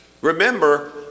remember